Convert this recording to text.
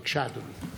בבקשה, אדוני.